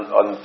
on